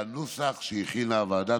בנוסח שהכינה הוועדה.